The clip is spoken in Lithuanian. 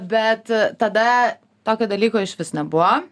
bet tada tokio dalyko išvis nebuvo